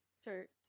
start